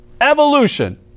evolution